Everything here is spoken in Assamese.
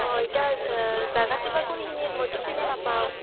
অঁ এতিয়া জাগাটোবা কোনখিনিত মইটো চিনি নাপাওঁ